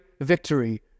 victory